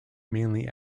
mainly